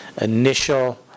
initial